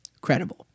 credible